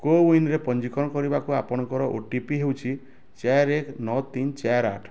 କୋୱିନ୍ରେ ପଞ୍ଜୀକରଣ କରିବାକୁ ଆପଣଙ୍କର ଓ ଟି ପି ହେଉଛି ଚାରି ଏକ ନଅ ତିନି ଚାରି ଆଠ